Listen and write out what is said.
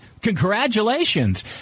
Congratulations